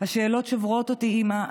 השאלות שוברות אותי, אימא.